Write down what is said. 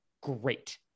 great